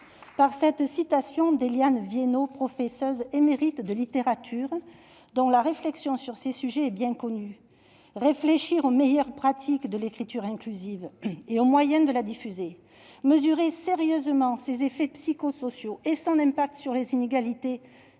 par une citation d'Éliane Viennot, professeuse émérite de littérature, dont la réflexion sur ces sujets est bien connue :« Réfléchir aux meilleures pratiques de l'écriture inclusive et aux moyens de la diffuser, mesurer sérieusement ses effets psychosociaux et son impact sur les inégalités,